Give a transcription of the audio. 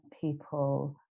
people